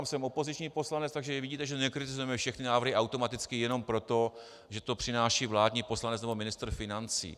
Podotýkám, že jsem opoziční poslanec, takže vidíte, že nekritizujeme všechny návrhy automaticky jenom proto, že to přináší vládní poslanec nebo ministr financí.